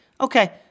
Okay